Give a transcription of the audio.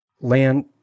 land